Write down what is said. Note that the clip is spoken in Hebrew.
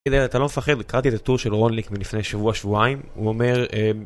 אתה לא מפחד, קראתי את הטור של רונליק מלפני שבוע שבועיים, הוא אומר